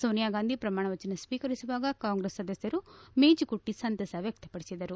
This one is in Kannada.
ಸೋನಿಯಾಗಾಂಧಿ ಪ್ರಮಾಣವಚನ ಸ್ವೀಕರಿಸುವಾಗ ಕಾಂಗ್ರೆಸ್ ಸದಸ್ನರು ಮೇಜುಕುಟ್ಟಿ ಸಂತಸ ವ್ಯಕ್ತಪಡಿಸಿದರು